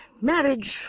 marriage